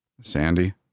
Sandy